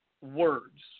words